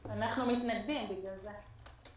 אנחנו מתנגדים, בגלל זה.